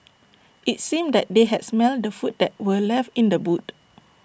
IT seemed that they had smelt the food that were left in the boot